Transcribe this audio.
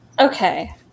Okay